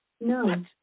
No